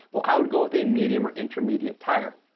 well i would go with a medium or intermediate tire.